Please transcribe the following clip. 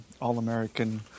all-american